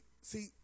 see